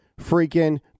freaking